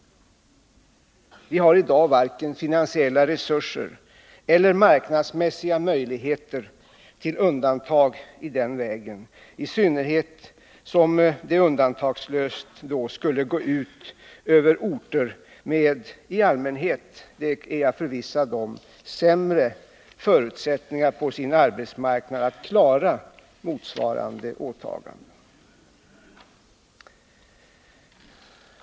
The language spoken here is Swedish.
Vi har i dag varken finansiella resurser eller marknadsmässiga möjligheter att göra undantag i den vägen, i synnerhet som detta skulle gå ut över orter som i allmänhet — det är jag förvissad om — har sämre förutsättningar att på sin arbetsmarknad klara motsvarande åtaganden.